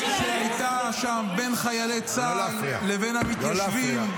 שהייתה שם בין חיילי צה"ל לבין המתיישבים.